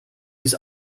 his